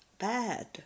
bad